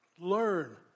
Learn